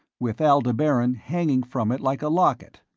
with aldebaran hanging from it like a locket.